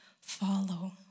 follow